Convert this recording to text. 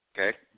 Okay